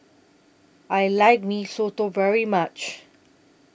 I like Mee Soto very much